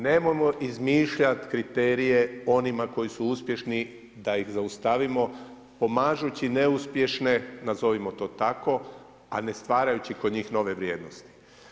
Nemojmo izmišljati kriterije onima koji su uspješni da ih zaustavimo pomažući neuspješne nazovimo to tako a ne stvarajući kod njih nove vrijednosti.